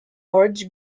orange